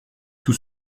tout